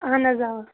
اہن حظ اَوا